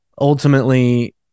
ultimately